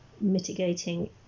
mitigating